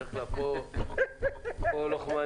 בדרך כלל היא הייתה פה לוחמנית.